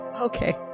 Okay